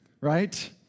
right